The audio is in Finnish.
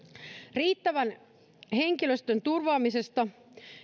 riittävän henkilöstön turvaamisesta